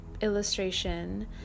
illustration